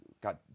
got